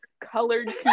colored